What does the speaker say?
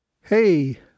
Hey